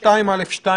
2(א)(1).